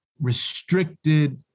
restricted